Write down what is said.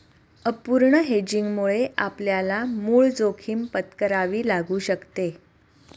अपूर्ण हेजिंगमुळे आपल्याला मूळ जोखीम पत्करावी लागू शकते